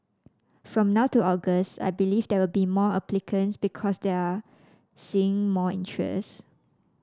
from now to August I believe there will be more applicants because they are seeing more interest